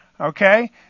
okay